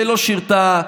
שלא שירתה,